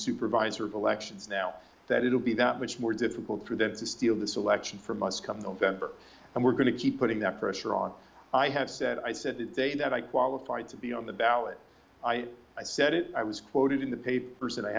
supervisor of elections now that it will be that much more difficult for them to steal the selection from us come november and we're going to keep putting that pressure on i have said i said today that i qualified to be on the ballot i said it i was quoted in the papers and